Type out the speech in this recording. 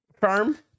Firm